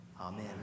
Amen